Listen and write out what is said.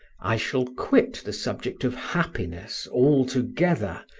i shall quit the subject of happiness altogether,